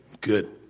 Good